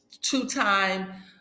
two-time